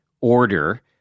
order